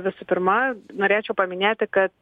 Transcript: visų pirma norėčiau paminėti kad